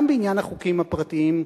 גם בעניין החוקים הפרטיים,